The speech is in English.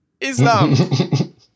Islam